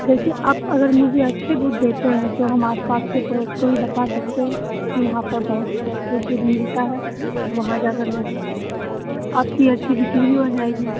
देखिये आप अगर मुझे अच्छी दूध देते हैं तो हम आस पास के दोस्त को भी बता सकते हैं कि वहाँ पर बहुत अच्छी दूध मिलता है वहाँ जाकर लें आपकी अच्छी बिकिरी हो जाएगी